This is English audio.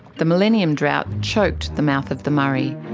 the millennium drought choked the mouth of the murray.